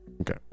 Okay